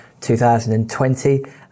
2020